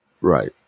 Right